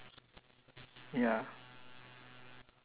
how many how many how many they need for the